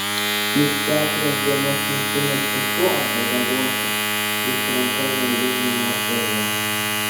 juk keturias dienas nusinešė šuo ant uodegose jis ranka energingai mostelėjo